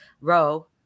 row